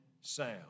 sound